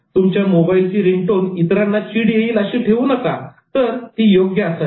तुमच्या मोबाईलची रिंगटोन इतरांना चीड येईल अशी ठेवू नका तर ती योग्य असावी